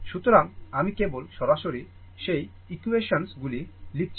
সুতরাং আমি কেবল সরাসরি সেই ইকুয়েশন্স গুলি লিখছি না